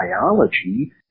biology